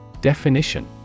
Definition